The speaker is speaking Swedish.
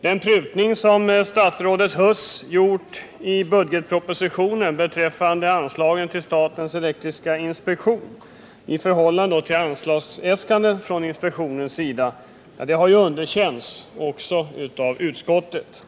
Den prutning som statsrådet Huss gjort i budgetpropositionen beträffande anslagen till statens elektriska inspektion, i förhållande till anslagsäskandet från inspektionens sida, har underkänts också av utskottet.